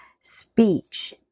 speech